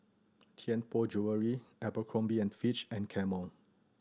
Tianpo Jewellery Abercrombie and Fitch and Camel